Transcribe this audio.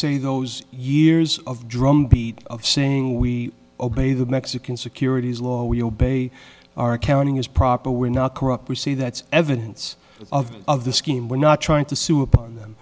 see those years of drumbeat of saying we obey the mexican securities law we obey our accounting is proper we're not corrupt we say that's evidence of the scheme we're not trying to sue upon them